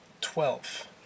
Twelve